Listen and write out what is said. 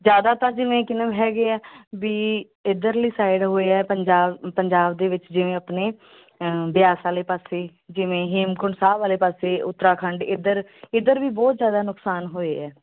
ਜ਼ਿਆਦਾਤਰ ਜਿਵੇਂ ਕੀ ਨਾਮ ਹੈਗੇ ਆ ਵੀ ਇੱਧਰਲੀ ਸਾਈਡ ਹੋਇਆ ਪੰਜਾਬ ਦੇ ਵਿੱਚ ਜਿਵੇਂ ਆਪਣੇ ਬਿਆਸ ਵਾਲੇ ਪਾਸੇ ਜਿਵੇਂ ਹੇਮਕੁੰਟ ਸਾਹਿਬ ਵਾਲੇ ਪਾਸੇ ਉੱਤਰਾਖੰਡ ਇੱਧਰ ਇੱਧਰ ਵੀ ਬਹੁਤ ਜ਼ਿਆਦਾ ਨੁਕਸਾਨ ਹੋਇਆ